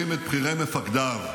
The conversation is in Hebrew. מחסלים את בכירי מפקדיו.